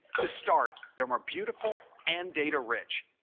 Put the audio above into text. to start, they're more beautiful and data rich.